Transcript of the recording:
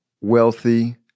wealthy